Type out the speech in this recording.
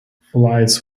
flights